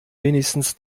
wenigstens